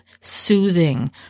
soothing